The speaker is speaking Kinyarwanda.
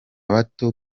bato